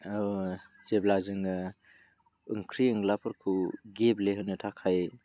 जेब्ला जोङो ओंख्रि एनलाफोरखौ गेब्लेहोनो थाखाय